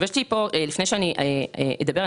לפני שאני אדבר,